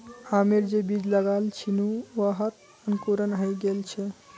आमेर जे बीज लगाल छिनु वहात अंकुरण हइ गेल छ